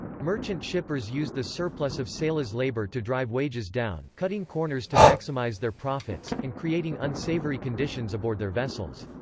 merchant shippers used the surplus of sailors' labor to drive wages down, cutting corners to maximize their profits, and creating unsavory conditions aboard their vessels.